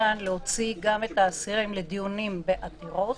שניתן היא להוציא גם את האסירים לדיונים בעתירות